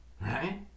Right